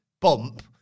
bump